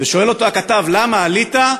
ושואל אותו הכתב: למה עלית?